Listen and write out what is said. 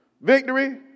victory